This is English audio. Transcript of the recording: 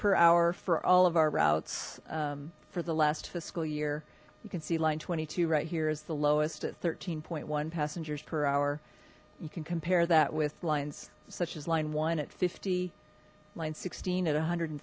per hour for all of our routes for the last fiscal year you can see line twenty two right here is the lowest at thirteen point one passengers per hour you can compare that with lines such as line one at fifty nine sixteen at one hundred and